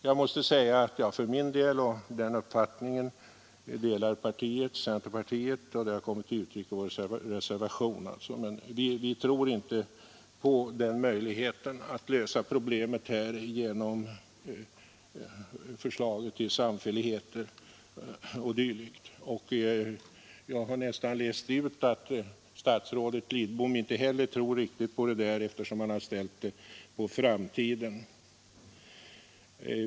Jag för min del — och min uppfattning delas av centerpartiet, vilket har kommit till uttryck i vår reservation — tror inte på den möjligheten att lösa problemet genom samfälligheter. Jag har nästan läst ut att statsrådet Lidbom inte heller trott riktigt på det där, eftersom han har ställt det på framtiden.